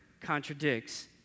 contradicts